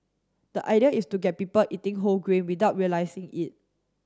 the idea is to get people eating whole grain without realising it